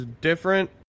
different